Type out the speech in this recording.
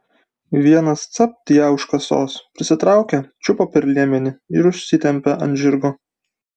vienas capt ją už kasos prisitraukė čiupo per liemenį ir užsitempė ant žirgo